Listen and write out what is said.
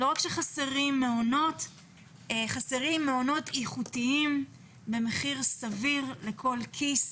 לא רק שחסרים מעונות אלא חסרים מעונות איכותיים במחיר סביר לכל כיס